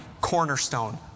Cornerstone